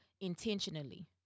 intentionally